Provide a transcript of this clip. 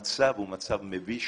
המצב הוא מצב מביש.